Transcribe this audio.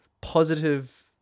positive